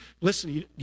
Listen